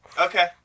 Okay